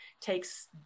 takes